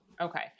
Okay